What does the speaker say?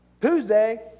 Tuesday